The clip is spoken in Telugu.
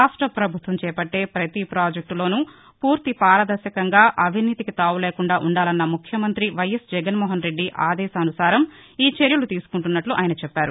రాష్ట పభుత్వం చేపట్టే పతి పాజెక్టునూ పూర్తి పారదర్శకంగా అవినీతికి తావు లేకుండా ఉండాలన్న ముఖ్యమంత్రి వైఎస్ జగన్మోహన్రెడ్డి ఆదేశాసుసారం ఈ చర్యలు తీసుకున్నట్లు ఆయన చెప్పారు